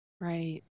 Right